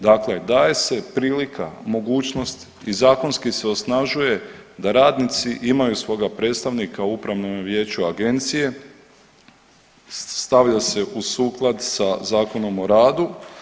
Dakle, daje se prilika, mogućnost i zakonski se osnažuje da radnici imaju svoga predstavnika u upravnom vijeću agencije, stavlja se u suklad sa Zakonom o radu.